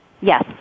Yes